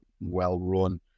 well-run